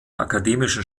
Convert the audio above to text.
akademischen